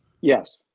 Yes